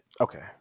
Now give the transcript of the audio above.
Okay